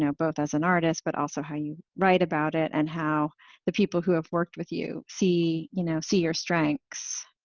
both as an artist, but also how you write about it and how the people who have worked with you see you know see your strengths.